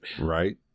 Right